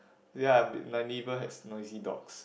ya m~ my neighbour has noisy dogs